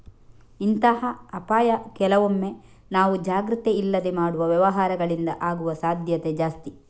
ಇಂತಹ ಅಪಾಯ ಕೆಲವೊಮ್ಮೆ ನಾವು ಜಾಗ್ರತೆ ಇಲ್ಲದೆ ಮಾಡುವ ವ್ಯವಹಾರಗಳಿಂದ ಆಗುವ ಸಾಧ್ಯತೆ ಜಾಸ್ತಿ